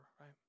right